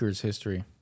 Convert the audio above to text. history